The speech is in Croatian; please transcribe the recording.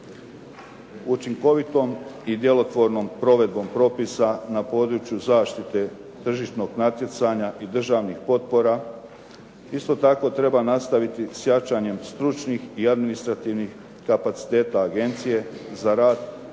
Učinkovitom i djelotvornom provedbom propisa na području zaštite tržišnog natjecanja i državnih potpora, isto tako treba nastaviti s jačanjem stručnih i administrativnih kapaciteta agencije za rad